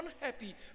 unhappy